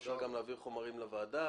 אפשר גם להעביר חומרים לוועדה,